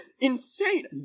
insane